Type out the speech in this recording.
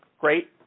great